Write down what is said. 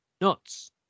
Nuts